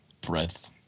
breath